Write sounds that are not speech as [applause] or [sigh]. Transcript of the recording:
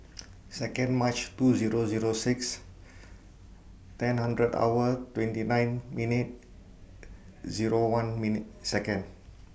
[noise] Second March two Zero Zero six ten hunderd hour twenty nine minute Zero one minute Second